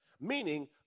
Meaning